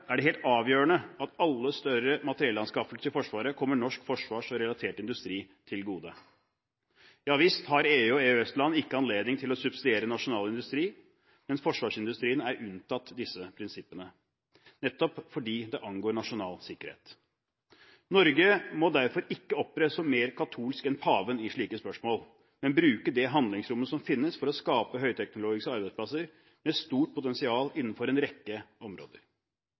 er det helt avgjørende at alle større materiellanskaffelser i Forsvaret kommer norsk forsvarsindustri og relatert industri til gode. Ja visst har EU- og EØS-land ikke anledning til å subsidiere nasjonal industri, men forsvarsindustrien er unntatt disse prinsippene, nettopp fordi det angår nasjonal sikkerhet. Norge må derfor ikke opptre som mer katolsk enn paven i slike spørsmål, men bruke det handlingsrommet som finnes, for å skape høyteknologiske arbeidsplasser med stort potensial innenfor en rekke områder.